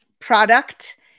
product